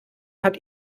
hat